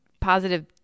positive